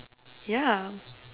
yeah